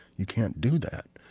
you can't do that.